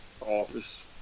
office